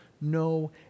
no